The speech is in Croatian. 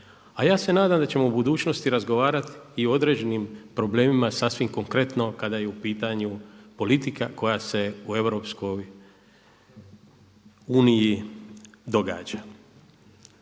A ja se nadam da ćemo u budućnosti razgovarati i određenim problemima sasvim konkretno kada je u pitanju politika koja se u EU događa.